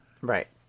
Right